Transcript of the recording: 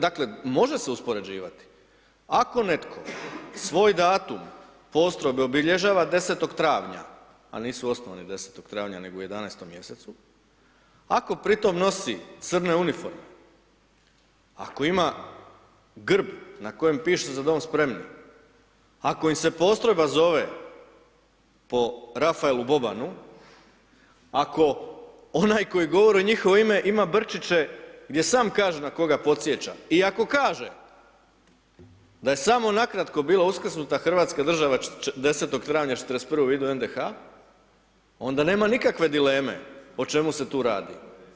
Dakle, može se uspoređivati, ako netko svoj datum postrojbe obilježava 10. travnja, a nisu osnovani 10. travnja nego u 11. mjesecu, ako pritom nosi crne uniforme, ako ima grb na kojem piše „Za dom spremni“, ako im se postrojba zove po Rafaelu Bobanu, ako onaj koji govori u njihovo ime ima brčiće, gdje sam kaže na koga podsjeća i ako kaže, da je samo nakratko bila uskrsnuta hrvatska država 10. travnja 1941. u vidu NDH, onda nema nikakve dileme o čemu se tu radi.